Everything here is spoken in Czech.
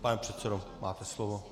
Pane předsedo, máte slovo.